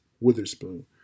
Witherspoon